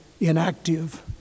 inactive